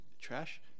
trash